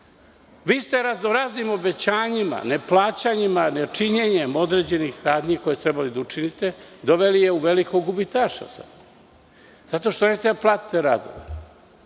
Vi ste razno-raznim obećanjima, neplaćanjima, nečinjenjem određenih radnji koje ste trebali da učinite, doveli je u velikog gubitaša sada, zato što nećete da platite radnike.